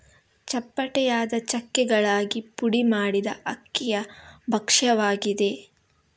ಚಪ್ಪಟೆಯಾದ ಚಕ್ಕೆಗಳಾಗಿ ಪುಡಿ ಮಾಡಿದ ಅಕ್ಕಿಯ ಭಕ್ಷ್ಯವಾಗಿದೆ